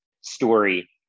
story